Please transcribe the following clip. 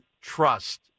trust